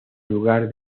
lugar